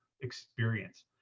experience